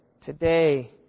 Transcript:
today